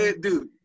Dude